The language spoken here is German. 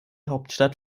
hauptstadt